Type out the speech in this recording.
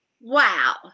Wow